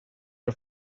her